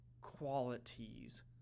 qualities